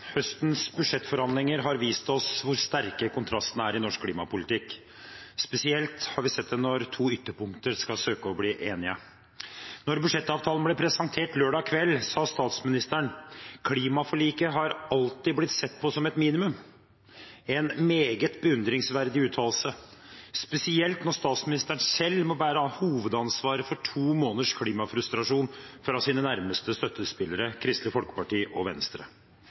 Høstens budsjettforhandlinger har vist oss hvor sterke kontrastene er i norsk klimapolitikk. Spesielt har vi sett det når to ytterpunkter skal søke å bli enige. Da budsjettavtalen ble presentert lørdag kveld, sa statsministeren at klimaforliket alltid har blitt sett på som et minimum. En meget beundringsverdig uttalelse – spesielt når statsministeren selv må bære hovedansvaret for to måneders klimafrustrasjon hos sine nærmeste støttespillere Kristelig Folkeparti og Venstre.